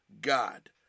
God